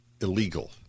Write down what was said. illegal